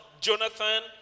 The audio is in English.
Jonathan